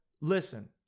Listen